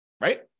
Right